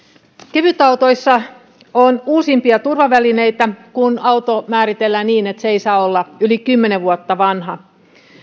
kevytautoissa on uusimpia turvavälineitä kun auto määritellään niin että se ei saa olla yli kymmenen vuotta vanha